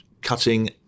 cutting